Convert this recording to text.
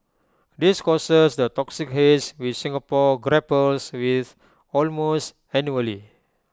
this causes the toxic haze which Singapore grapples with almost annually